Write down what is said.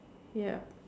yup